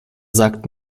sagt